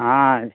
हँ